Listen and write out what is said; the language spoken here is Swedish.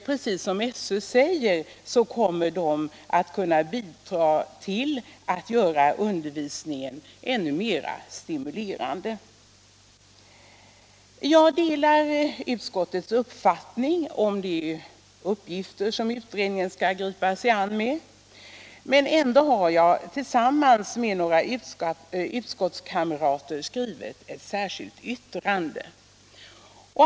Precis som SÖ säger, kommer de att kunna bidra till att göra undervisningen ännu mer stimulerande. Jag delar utskottets uppfattning om de uppgifter som utredningen skall gripa sig an. Ändå har jag tillsammans med några utskottskamrater gjort ett särskilt yttrande.